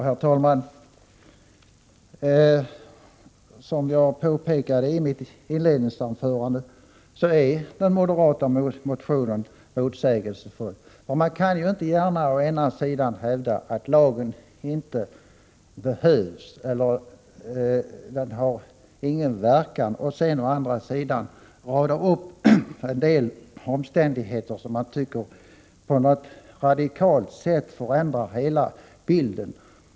Herr talman! Som jag påpekade i mitt inledningsanförande är den moderata motionen motsägelsefull. Man kan inte gärna å ena sidan hävda att lagen inte behövs eller att den inte har någon verkan och å andra sidan rada upp omständigheter som man tycker på något radikalt sätt förändrar hela bilden.